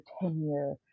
tenure